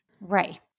Right